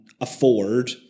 afford